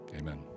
Amen